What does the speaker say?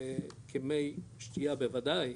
כמי שתייה בוודאי,